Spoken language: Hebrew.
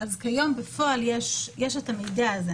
כיום בפועל יש את המידע הזה.